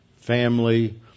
family